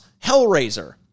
Hellraiser